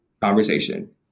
conversation